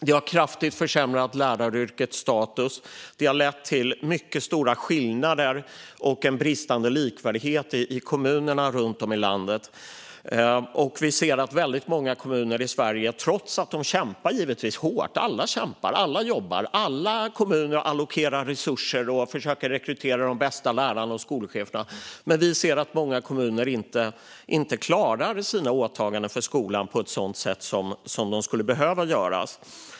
Det har kraftigt försämrat läraryrkets status och lett till mycket stora skillnader och en bristande likvärdighet i kommunerna runt om i landet. De kämpar givetvis hårt. Alla kommuner kämpar, jobbar, allokerar resurser och försöker att rekrytera de bästa lärarna och skolcheferna. Men vi ser att många kommuner inte klarar sina åtaganden för skolan på ett sådant sätt som de skulle behöva göra.